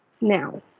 Now